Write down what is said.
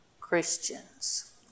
Christians